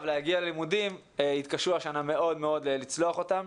להגיע ללימודים יתקשו השנה מאוד מאוד לצלוח אותם.